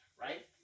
right